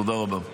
תודה רבה.